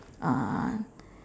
uh